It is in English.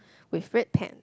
with red pant